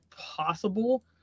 possible